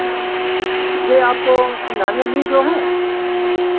ये आपको सिंघानिया मिल जो है